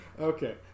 Okay